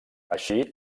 així